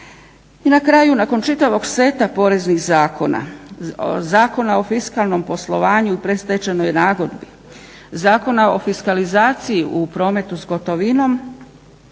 I na kraju nakon čitavog seta poreznih zakona, Zakona o fiskalnom poslovanju i pred stečajnoj nagodbi, Zakona o fiskalizaciji u prometu s gotovinom